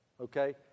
okay